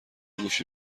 گوشی